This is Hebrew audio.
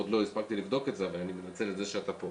עוד לא הספקתי לבדוק את זה אבל אני מנצל את זה שאתה פה.